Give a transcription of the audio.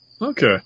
okay